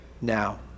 now